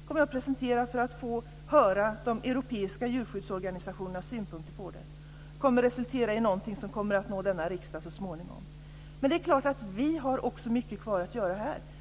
Jag kommer att presentera detta för att få höra de europeiska djurskyddsorganisationernas synpunkter på det. Det kommer att resultera i någonting som så småningom kommer att nå denna riksdag. Men det är klart att vi också har mycket kvar att göra här.